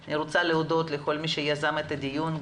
אני רוצה להודות לכל מי שיזם את הדיון,